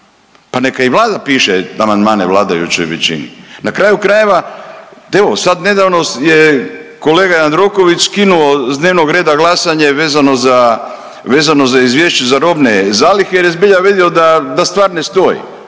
pa neka i Vlada piše amandmane vladajućoj većini. Na kraju krajeva, evo sad nedavno je kolega Jandroković skinuo s dnevnog reda glasanje vezano za, vezano za izvješće za robne zalihe jer je zbilja vidio da, da stvar ne stoji,